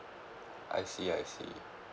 I see I see